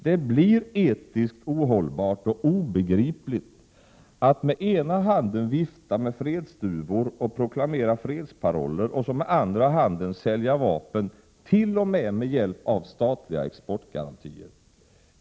Det blir etiskt ohållbart och obegripligt att med ena handen vifta med fredsduvor och proklamera fredsparoller och så med andra handen sälja vapen t.o.m. med hjälp av statliga exportgarantier.